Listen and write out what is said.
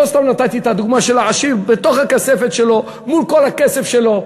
לא סתם נתתי את הדוגמה של העשיר בתוך הכספת שלו מול כל הכסף שלו.